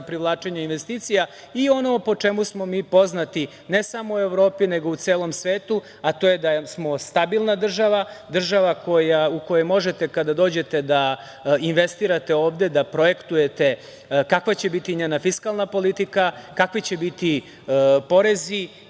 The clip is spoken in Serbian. privlačenje investicija i ono po čemu smo mi poznati, ne samo u Evropi, nego i u celom svetu, a to je da smo stabilna država, država u kojoj možete kada dođete da investirate, da projektujete kakva će biti njena fiskalna politika, kakvi će biti porezi